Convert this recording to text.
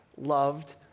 loved